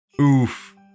Oof